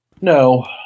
No